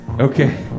Okay